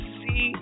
see